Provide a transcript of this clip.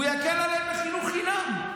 והוא יקל עליהם עם חינוך חינם,